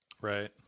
Right